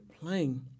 playing